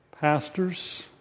pastors